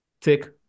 take